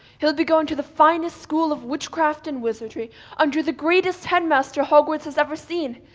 he'll be going to the finest school of witchcraft and wizardry under the greatest headmaster hogwart's has ever seen,